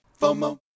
FOMO